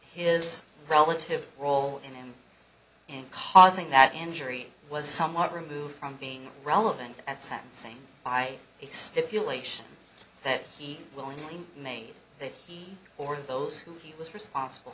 his relative role in him in causing that injury was somewhat removed from being relevant at sentencing by a stipulation that he willingly made that he or those who he was responsible